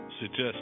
suggest